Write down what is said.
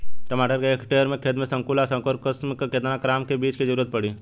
टमाटर के एक हेक्टेयर के खेती में संकुल आ संकर किश्म के केतना ग्राम के बीज के जरूरत पड़ी?